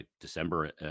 December